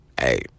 hey